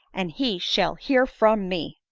and he shall hear from me.